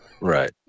right